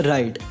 Right